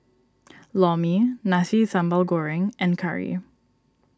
Lor Mee Nasi Sambal Goreng and Curry